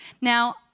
Now